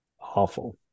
awful